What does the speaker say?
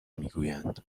میگویند